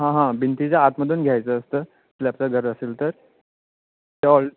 हां हां भिंतीच्या आतमधून घ्यायचं असतं स्लॅबचं घर असेल तर त्या ऑल